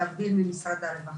להבדיל ממשרד הרווחה,